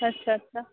अच्छा अच्छा